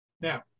Now